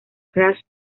crash